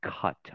cut